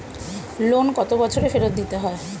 Loan কত বছরে ফেরত দিতে হয়?